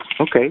Okay